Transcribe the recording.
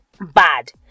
bad